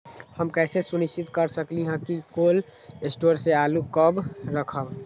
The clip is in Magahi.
हम कैसे सुनिश्चित कर सकली ह कि कोल शटोर से आलू कब रखब?